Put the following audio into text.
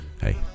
hey